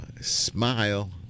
smile